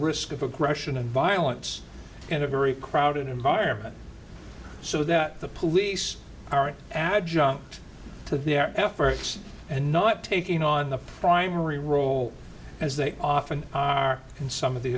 risk of aggression and violence in a very crowded environment so that the police are an adjunct to their efforts and not taking on the primary role as they often are in some of the